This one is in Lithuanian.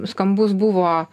skambus buvo